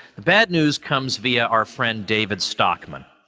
the bad news comes via our friend david stockman.